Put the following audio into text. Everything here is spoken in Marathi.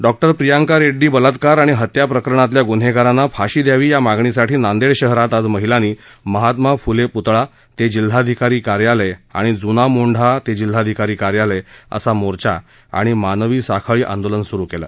डॉ प्रियंका रेड़डी बलात्कार आणि हत्या प्रकरणातल्या गुन्हेगारांना फांशी दयावी या मागणीसाठी नांदेड शहरात आज महिलांनी महात्मा फ़ले पुतळा ते जिल्हाधिकारी कार्यालय आणि ज़ना मोंढा ते जिल्हाधिकारी कार्यालय असा मोर्चा आणि मानवी साखळी आंदोलन स्रू केलं